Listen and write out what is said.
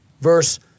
Verse